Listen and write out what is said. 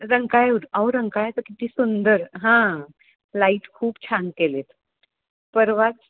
रंकाळा अहो रंकाळ्यात किती सुंदर हां लाईट खूप छान केले आहेत परवाच